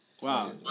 Wow